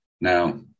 Now